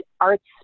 arts